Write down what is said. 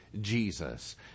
Jesus